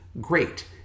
great